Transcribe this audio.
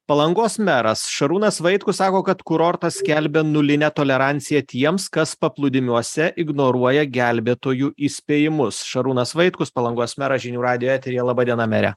palangos meras šarūnas vaitkus sako kad kurortas skelbia nulinę toleranciją tiems kas paplūdimiuose ignoruoja gelbėtojų įspėjimus šarūnas vaitkus palangos meras žinių radijo eteryje laba diena mere